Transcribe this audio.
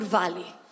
valley